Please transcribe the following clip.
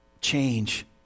change